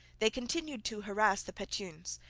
they continued to harass the petuns,